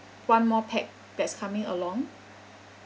one more pax that's coming along